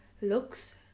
looks